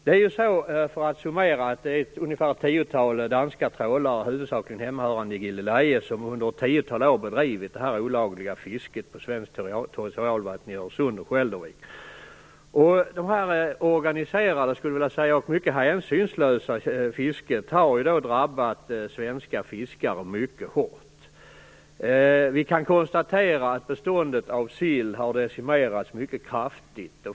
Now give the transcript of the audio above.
För att summera det hela kan man säga att det finns ungefär tio danska trålare, huvudsakligen hemmahörande i Gilleleje, som under ett tiotal år har bedrivit detta olagliga fiske på svenskt territorialvatten i Öresund och Skälderviken. Detta organiserade - så vill jag kalla det - och mycket hänsynslösa fiske har drabbat svenska fiskare mycket hårt. Vi kan konstatera att beståndet av sill har decimerats mycket kraftigt.